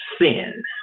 sin